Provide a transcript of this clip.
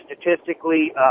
statistically